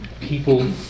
people